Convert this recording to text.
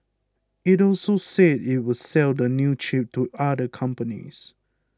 it also said it would sell the new chip to other companies